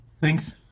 Thanks